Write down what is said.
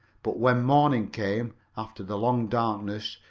but when morning came, after the long darkness,